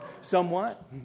Somewhat